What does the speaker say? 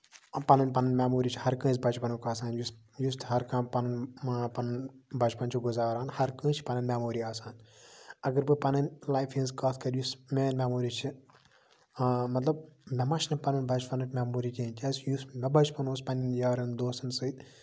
پَنٕنۍ پَنٕنۍ میموری چھِ ہَر کٲنٛسہِ بَچپَنُک آسان یُس یُس تہِ ہَر کانٛہہ پَنُن پَنُن بَچپَن چھُ گُزاران ہَر کٲنٛسہِ چھِ پَنٕنۍ میموری آسان اَگر بہٕ پَنٕنۍ لایفہِ ہِنٛز کَتھ کرٕ یُس میٛٲنۍ میموری چھِ مطلب مےٚ مہ چھِ پَنٕنۍ بَچپَنٕکۍ میموری کیٚنہہ کیازِ کہِ یُس مےٚ بَچپَن اوس پنٛنٮ۪ن یارَن دوستَن سۭتۍ